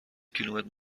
کیلومتر